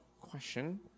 question